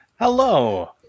hello